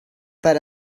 per